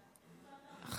גלעד,